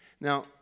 Now